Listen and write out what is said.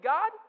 God